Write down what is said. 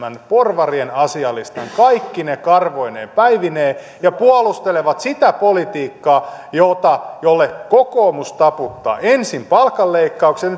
tämän porvarien asialistan kaikkine karvoineen päivineen ja puolustelevat sitä politiikkaa jolle kokoomus taputtaa ensin palkanleikkaukset